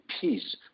peace